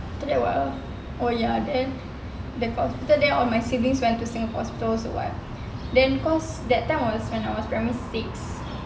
after that what ah oh ya then dekat hospital there all my siblings went to singapore also [what] then cause that time was I was in primary six